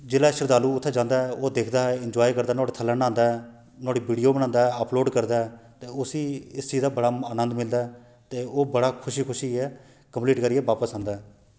जेल्लै श्रद्धालू उत्थै जांदा ऐ ओह् दिखदा ऐ एनजाय करदा ऐ नुआढ़े थल्ले न्हांदा ऐ नुआढ़ी वीडियो बनादा ऐ अपलोड करदा ऐ ते उसी इस चीज दा बडा आनंद मिलदा ऐ ते ओह् बड़ा खुशी खुशी गै कम्लीट करियै बापस आंदा ऐ